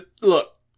Look